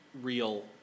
real